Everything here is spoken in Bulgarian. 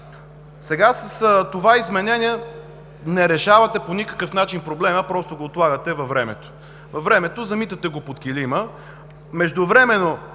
Сега с това изменение не решавате по никакъв начин проблема, а просто го отлагате във времето, замитате го под килима. Междувременно,